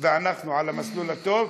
ואנחנו על המסלול הטוב,